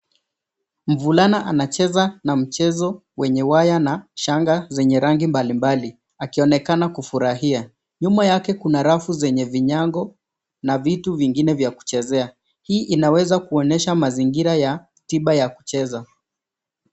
Mvulana anacheza na mchezo wenye waya na shanga zenye rangi mbalimbali akionekana kufurahia. Nyuma yake kuna rafu zenye vinyago na vitu vingine vya kuchezea. Hii inaweza kuonyesha mazingira ya tiba ya kucheza.